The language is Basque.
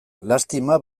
lastima